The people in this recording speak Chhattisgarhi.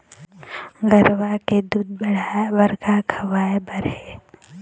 गरवा के दूध बढ़ाये बर का खवाए बर हे?